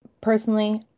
personally